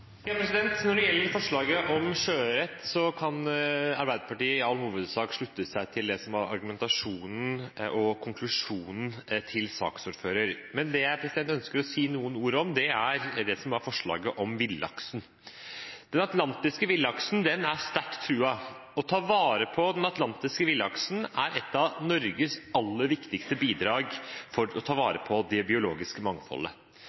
Når det gjelder forslaget om sjøørret, kan Arbeiderpartiet i all hovedsak slutte seg til det som var argumentasjonen og konklusjonen til saksordføreren. Det jeg ønsker å si noen ord om, er forslaget om villaksen. Den atlantiske villaksen er sterkt truet. Å ta vare på den atlantiske villaksen er et av Norges aller viktigste bidrag for å ta vare på det biologiske mangfoldet.